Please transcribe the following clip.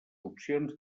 opcions